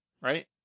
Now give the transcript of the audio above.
right